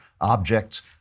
objects